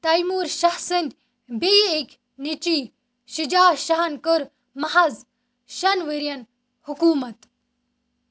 تایموٗر شاہ سٕنٛدۍ بیٚیہِ أکۍ نیٚچِی شِجاح شاہن کٔر محض شٮ۪ن ؤرِیَن حُکوٗمت